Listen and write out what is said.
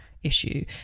Issue